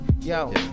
Yo